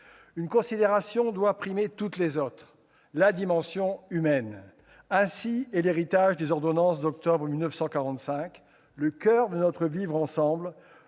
Une considération doit primer toutes les autres : la dimension humaine. Tel est l'héritage des ordonnances d'octobre 1945, le coeur de notre vivre ensemble,